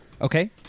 Okay